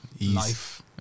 Life